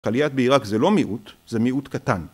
חליאת בעיראק זה לא מיעוט, זה מיעוט קטן.